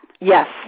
Yes